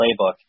playbook